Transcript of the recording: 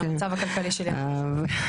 על המצב הכלכלי של יד ושם.